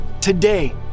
Today